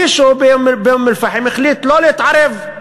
מישהו באום-אלפחם החליט לא להתערב,